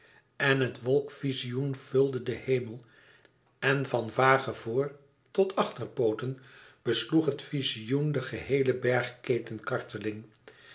en het wolkvizioen vulde den hemel en van vage voor tot achterpooten besloeg het vizioen de geheele bergketenkarteling